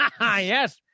Yes